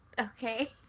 okay